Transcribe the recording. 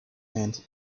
and